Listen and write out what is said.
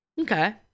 okay